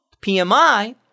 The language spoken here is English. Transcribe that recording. PMI